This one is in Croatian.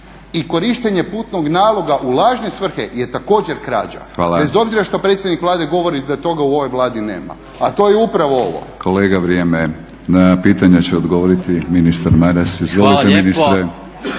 i korištenje putnog naloga u lažne svrhe je također krađa bez obzira što predsjednik Vlade govori da toga u ovoj Vladi nema a to je upravo ovo. **Batinić, Milorad (HNS)** Na pitanje će odgovoriti ministar Maras. Izvolite ministre.